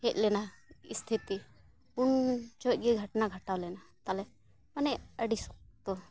ᱦᱮᱡ ᱞᱮᱱᱟ ᱥᱛᱤᱛᱷᱤ ᱩᱱ ᱡᱚᱠᱷᱚᱱ ᱜᱮ ᱜᱷᱚᱴᱚᱱᱟ ᱜᱷᱟᱴᱟᱣ ᱞᱮᱱᱟ ᱛᱟᱦᱞᱮ ᱢᱟᱱᱮ ᱟᱹᱰᱤ ᱥᱚᱠᱛᱚ